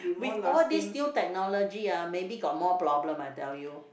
with all this new technology ah maybe got more problem I tell you